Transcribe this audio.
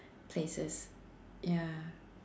places ya